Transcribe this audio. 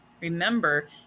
Remember